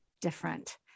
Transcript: different